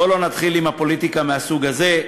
בואו לא נתחיל עם פוליטיקה מהסוג הזה,